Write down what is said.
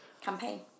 campaign